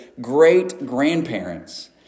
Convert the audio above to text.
great-grandparents